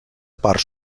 part